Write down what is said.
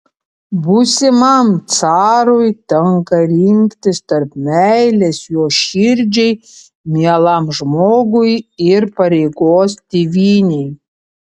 būsimam carui tenka rinktis tarp meilės jo širdžiai mielam žmogui ir pareigos tėvynei